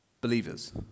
believers